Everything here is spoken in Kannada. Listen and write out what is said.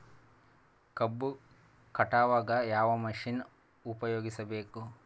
ಕಬ್ಬು ಕಟಾವಗ ಯಾವ ಮಷಿನ್ ಉಪಯೋಗಿಸಬೇಕು?